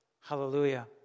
Hallelujah